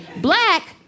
Black